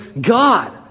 God